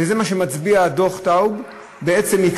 ועל זה דוח טאוב מצביע.